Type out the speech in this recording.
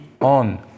on